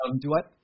do-what